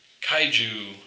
kaiju